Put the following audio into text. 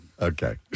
Okay